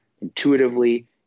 intuitively